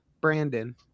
Brandon